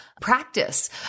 practice